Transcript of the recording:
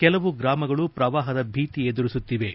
ಕೆಲವು ಗ್ರಾಮಗಳು ಕ್ರವಾಹದ ಭೀತಿ ಎದುರಿಸುತ್ತಿವೆ